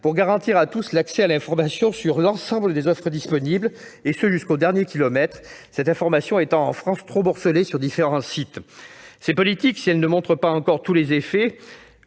pour garantir à tous l'accès à l'information sur l'ensemble des offres disponibles, et ce jusqu'au dernier kilomètre. Cette information est trop morcelée entre différents sites. Ces politiques, si elles ne montrent pas encore tous leurs effets,